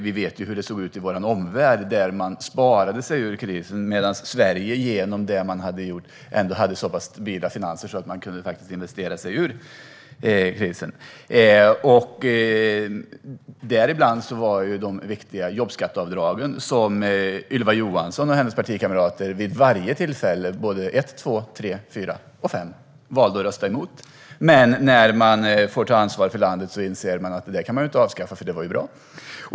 Vi vet ju hur det såg ut i vår omvärld, där man sparade sig ur krisen, medan Sverige genom det vi gjort ändå hade så pass stabila finanser att vi faktiskt kunde investera oss ur krisen. En viktig sak var jobbskatteavdragen, som Ylva Johansson och hennes partikamrater vid varje tillfälle valde att rösta emot: 1, 2, 3, 4 och 5. Men när man får ta ansvar för landet inser man att de inte kan avskaffas, för de var ju bra.